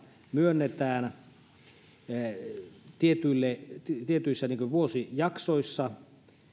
myönnetään tietyissä vuosijaksoissa